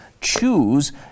choose